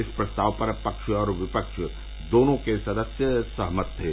इस प्रस्ताव पर पक्ष और विपक्ष दोनों के सदस्य सहमत थे